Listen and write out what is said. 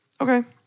Okay